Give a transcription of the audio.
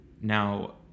Now